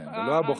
כן, לא בוחרים.